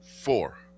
Four